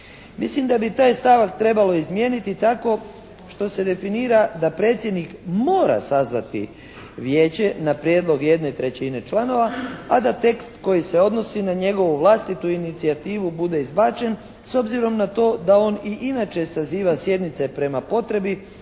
Mislim da bi taj stavak trebalo izmijeniti tako što se definira da predsjednik mora sazvati Vijeće na prijedlog 1/3 članova a da tekst koji se odnosi na njegovu vlastitu inicijativu bude izbačen s obzirom na to da on i inače saziva sjednice prema potrebi